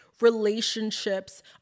Relationships